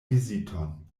viziton